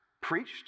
preached